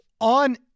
on